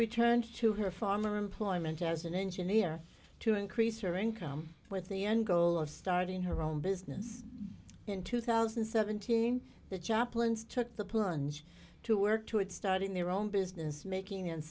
returned to her former employment as an engineer to increase her income with the end goal of starting her own business in two thousand and seventeen the chaplain's took the plunge to work toward starting their own business making and